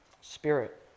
spirit